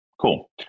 cool